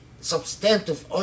substantive